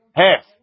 half